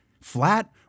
Flat